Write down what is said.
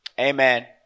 Amen